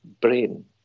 brain